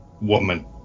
Woman